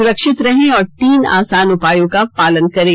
सुरक्षित रहें और तीन आसान उपायों का पालन करें